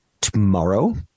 tomorrow